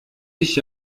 ich